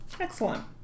Excellent